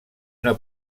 una